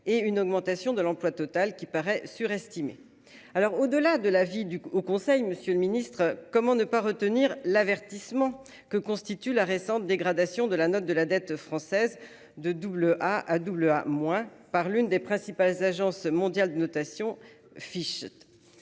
et une augmentation de l'emploi total qui paraît surestimé. Alors au-delà de l'avis du Haut Conseil. Monsieur le Ministre, comment ne pas retenir l'avertissement que constitue la récente dégradation de la note de la dette française de double à double à moins par l'une des principales agences mondiales de notation Fichte.